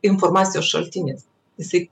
informacijos šaltinis jisai